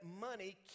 money